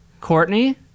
Courtney